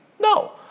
No